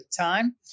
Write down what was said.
time